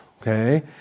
Okay